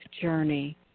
journey